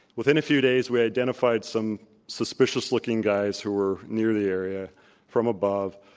within a few days, we identified some suspicious looking guys who were near the area from above.